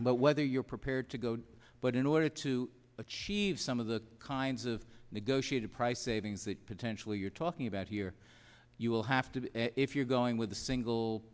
but whether you're prepared to go to but in order to achieve some of the kinds of negotiated price savings that potentially you're talking about here you will have to if you're going with a single